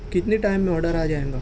کتنی ٹائم میں آرڈر آ جاے گا